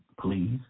please